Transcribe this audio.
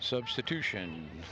substitution